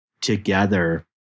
together